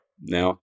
Now